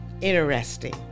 Interesting